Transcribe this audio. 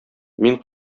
мин